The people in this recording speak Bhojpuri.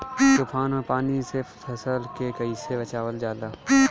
तुफान और पानी से फसल के कईसे बचावल जाला?